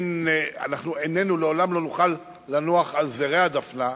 אנחנו לעולם לא נוכל לנוח על זרי הדפנה.